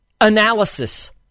analysis